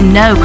no